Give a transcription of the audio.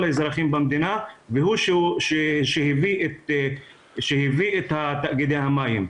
האזרחים במדינה והוא שהביא את תאגידי המים.